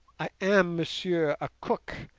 i am, messieurs, a cook,